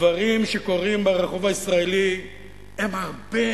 הדברים שקורים ברחוב הישראלי הם הרבה